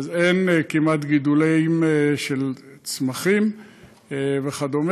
אז אין כמעט גידולי צמחים וכדומה,